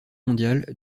mondial